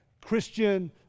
Christian